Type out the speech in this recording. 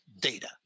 data